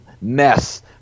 mess